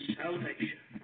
salvation